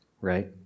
right